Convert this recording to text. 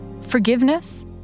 forgiveness